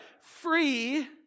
free